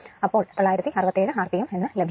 അപ്പോൾ 967 rpm എന്ന് ലഭിക്കും